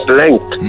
length